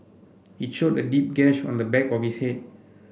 it showed a deep gash on the back of his head